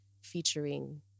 featuring